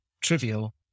trivial